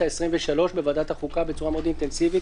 העשרים-ושלוש בוועדת החוקה בצורה מאוד אינטנסיבית,